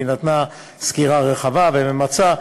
והיא נתנה סקירה רחבה וממצה,